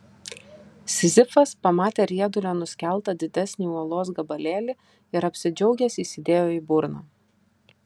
sizifas pamatė riedulio nuskeltą didesnį uolos gabalėlį ir apsidžiaugęs įsidėjo į burną